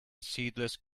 seedless